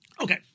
Okay